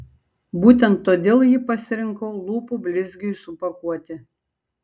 būtent todėl jį pasirinkau lūpų blizgiui supakuoti